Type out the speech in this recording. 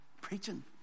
preaching